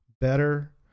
better